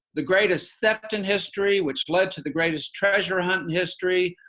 the greatest theft in history which led to the greatest treasure hunt in history.